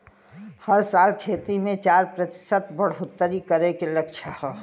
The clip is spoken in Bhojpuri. हर साल खेती मे चार प्रतिशत के बढ़ोतरी करे के लक्ष्य हौ